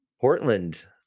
Portland